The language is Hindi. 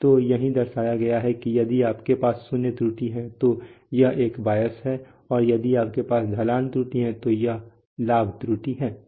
तो यही दर्शाया गया है कि यदि आपके पास शून्य त्रुटि है तो यह एक बायस है और यदि आपके पास ढलान त्रुटि है तो यह एक लाभ त्रुटि है